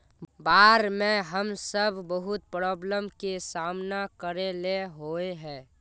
बाढ में हम सब बहुत प्रॉब्लम के सामना करे ले होय है?